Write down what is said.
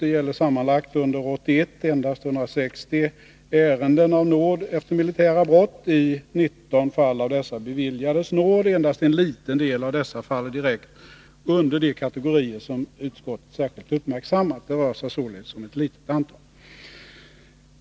Det gäller sammanlagt under 1981 endast 160 ärenden av nåd efter militära brott. I 19 fall av dessa beviljades nåd. Endast en liten del av dessa faller direkt under de kategorier som utskottet särskilt uppmärksammat. Det rör sig således om ett mycket litet antal.